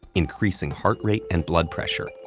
increasing heart rate and blood pressure,